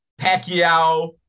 Pacquiao